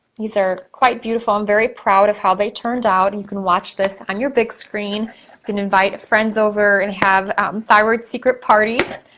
these are quite beautiful. i'm very proud of how they turned out. you can watch this on your big screen. you can invite friends over and have thyroid secret parties.